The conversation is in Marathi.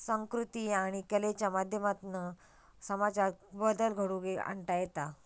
संकृती आणि कलेच्या माध्यमातना समाजात बदल घडवुन आणता येता